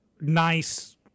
nice